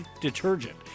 detergent